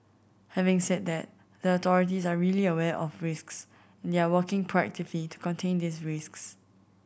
having said that the authorities are really aware of risks and they are working proactively to contain these risks